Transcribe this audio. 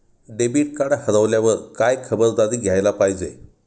Debit card हरवल्यावर काय खबरदारी घ्यायला पाहिजे?